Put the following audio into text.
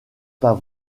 pas